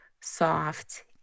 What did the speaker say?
soft